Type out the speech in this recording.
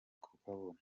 kukabona